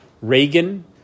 Reagan